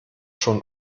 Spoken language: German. schon